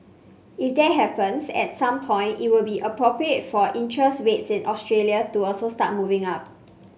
if that happens at some point it will be appropriate for interest rates in Australia to also start moving up